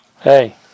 Hey